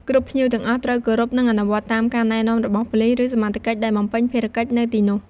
គ្រប់ភ្ញៀវទាំងអស់ត្រូវ គោរព និងអនុវត្តតាមការណែនាំរបស់ប៉ូលិស ឬសមត្ថកិច្ចដែលបំពេញភារកិច្ចនៅទីនោះ។